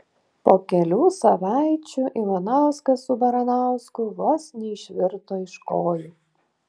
po kelių savaičių ivanauskas su baranausku vos neišvirto iš kojų